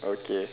okay